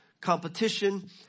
competition